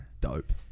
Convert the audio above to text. dope